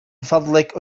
فضلك